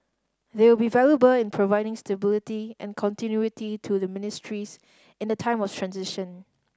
they will be valuable in providing stability and continuity to their ministries in the time of transition